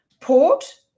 port